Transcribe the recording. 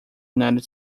united